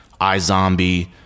iZombie